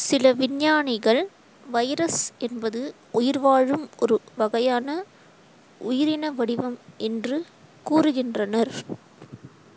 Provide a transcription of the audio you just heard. சில விஞ்ஞானிகள் வைரஸ் என்பது உயிர்வாழும் ஒரு வகையான உயிரின வடிவம் என்று கூறுகின்றனர்